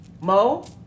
Mo